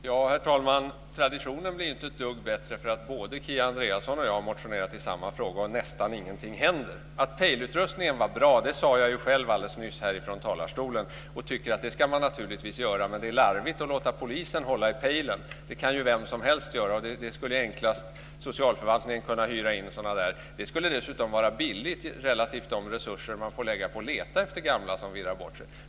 Herr talman! Traditionen blir inte ett dugg bättre därför att både Kia Andreasson och jag har motionerat i samma fråga och nästan ingenting händer. Att pejlutrustningen var bra sade jag själv alldeles nyss här i talarstolen, och jag tycker att den ska användas. Men det är larvigt att låta polisen hålla i pejlen - det kan ju vem som helst göra. Det enklaste vore att socialförvaltningen kunde hyra sådana. Det skulle dessutom vara relativt billigt, jämfört med de resurser man får lägga på att leta efter gamla som har förirrat sig.